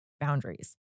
boundaries